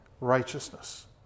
righteousness